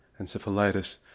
encephalitis